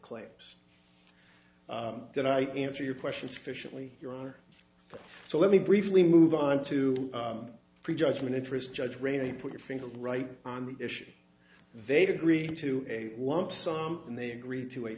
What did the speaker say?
claims that i answer your question sufficiently your honor so let me briefly move onto pre judgment interest judge raney put your finger right on the issue they've agreed to a lump sum and they agree to a